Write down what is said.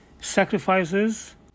sacrifices